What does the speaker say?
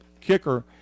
kicker